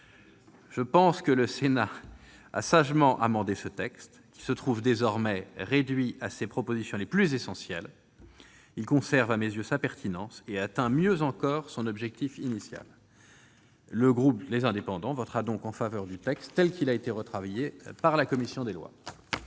Je pense que le Sénat a sagement amendé ce texte, qui se trouve désormais réduit à ses propositions les plus essentielles. Il conserve à mes yeux sa pertinence et atteint mieux encore son objectif initial. Le groupe Les Indépendants votera donc en faveur du texte, tel qu'il a été retravaillé par la commission des lois.